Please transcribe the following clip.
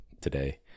today